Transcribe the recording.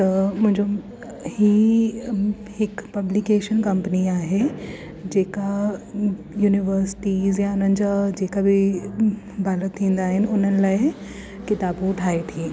त मुंहिंजो ही हिकु पब्लिकेशन कंपनी आहे जेका युनिवर्सिटीज़ या उन्हनि जा जेका बि बालक थींदा आहिनि उन्हनि लाइ किताबूं ठाहे थी